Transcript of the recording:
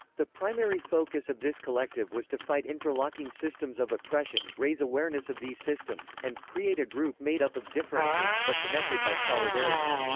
the primary focus of this collective was to fight interlocking systems of oppression raise awareness of these systems and, create a group made up of differences but connected by solidarity.